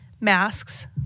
Masks